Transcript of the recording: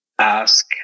Ask